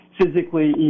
physically